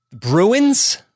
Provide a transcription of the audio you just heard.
Bruins